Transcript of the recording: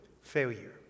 failure